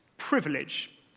privilege